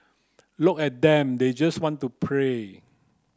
look at them they just want to play